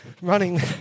running